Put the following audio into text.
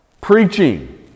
Preaching